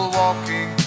walking